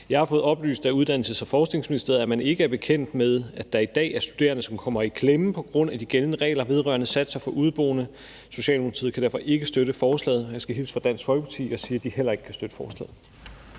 Jeg har fået oplyst af Uddannelses- og Forskningsministeriet, at man ikke er bekendt med, at der i dag er studerende, som kommer i klemme på grund af de gældende regler vedrørende satser for udeboende. Socialdemokratiet kan derfor ikke støtte forslaget, og jeg skal hilse fra Dansk Folkeparti og sige, at de heller ikke kan støtte forslaget.